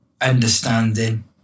understanding